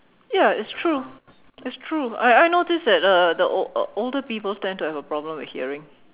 ya it's true it's true I I notice that uh the ol~ older people tend to have a problem with hearing